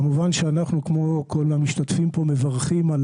כמובן שאנחנו כמו כל המשתתפים פה מברכים על